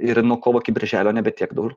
ir nuo kovo iki birželio nebe tiek daug